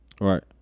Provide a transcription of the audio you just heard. Right